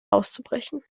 auszubrechen